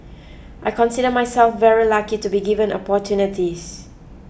I consider myself very lucky to be given opportunities